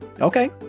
Okay